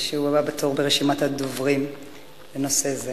שהוא הבא בתור ברשימת הדוברים בנושא זה.